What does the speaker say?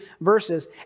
verses